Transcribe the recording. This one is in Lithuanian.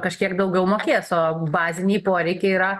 kažkiek daugiau mokės o baziniai poreikiai yra